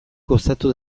gozatu